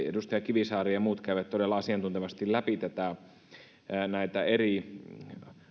edustaja kivisaari ja muut kävivät todella asiantuntevasti läpi näitä eri